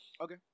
Okay